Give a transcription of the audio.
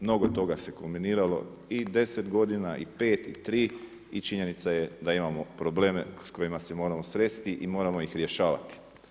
Mnogo toga se kulminiralo i 10 godina i 5 i 3 i činjenica je da imamo probleme s kojima se moramo sresti i moramo ih rješavati.